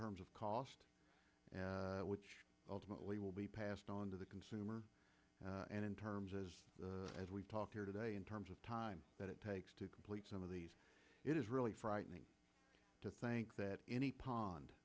terms of cost which ultimately will be passed on to the consumer and in terms of as we talk here today in terms of time that it takes to complete some of these it is really frightening to think that any pond